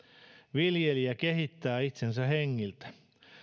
viljelijä kehittää itsensä hengiltä